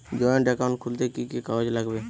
Joint account খুলতে কি কি কাগজ লাগবে?